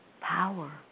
power